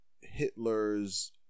Hitler's